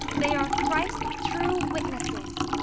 they are christ's true witnesses,